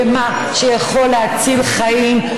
במה שיכול להציל חיים,